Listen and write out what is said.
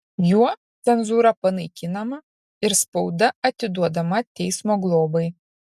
juo cenzūra panaikinama ir spauda atiduodama teismo globai